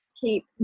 keep